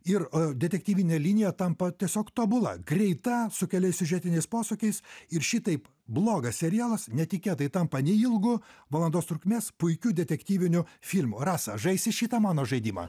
ir detektyvinė linija tampa tiesiog tobula greita su keliais siužetiniais posūkiais ir šitaip blogas serialas netikėtai tampa neilgu valandos trukmės puikiu detektyviniu filmu rasa žaisi šitą mano žaidimą